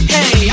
Hey